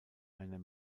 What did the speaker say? einer